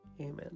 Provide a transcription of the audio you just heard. Amen